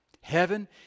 Heaven